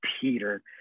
Peter